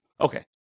Okay